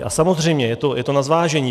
A samozřejmě je to na zvážení.